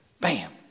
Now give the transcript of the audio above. bam